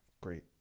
great